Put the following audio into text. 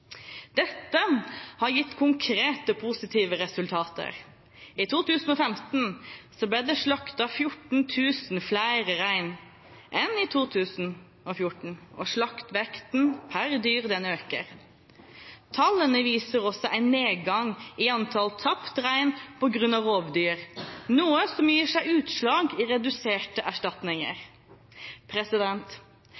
Dette har gitt konkrete, positive resultater. I 2015 ble det slaktet 14 000 flere rein enn i 2014, og slaktevekten per dyr øker. Tallene viser også en nedgang i antall tapt rein på grunn av rovdyr, noe som gir seg utslag i reduserte erstatninger.